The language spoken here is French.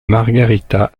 margarita